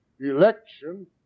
election